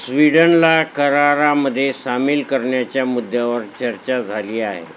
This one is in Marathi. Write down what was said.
स्वीडनला करारामध्ये सामील करण्याच्या मुद्द्यावर चर्चा झाली आहे